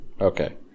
Okay